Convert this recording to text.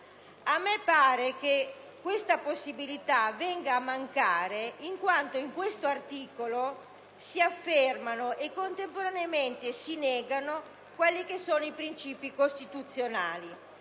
A me pare che questa possibilità venga a mancare, in quanto in quest'articolo si affermano e contemporaneamente si negano i principi costituzionali,